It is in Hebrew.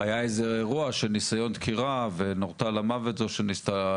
היה איזה אירוע של ניסיון דקירה ונורתה למוות זו שניסתה